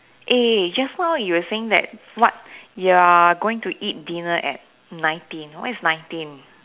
eh just now you were saying that what you're going to eat dinner at nineteen what is nineteen